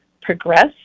progress